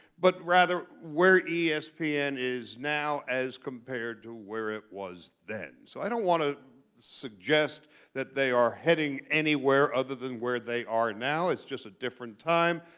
but rather where yeah espn is now as compared to where it was then. so i don't want to suggest that they are heading anywhere other than where they are now. it's just a different time.